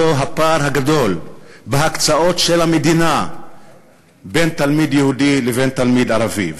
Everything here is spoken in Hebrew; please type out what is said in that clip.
הפער הגדול בהקצאות של המדינה בין תלמיד יהודי לבין תלמיד ערבי.